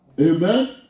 Amen